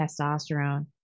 testosterone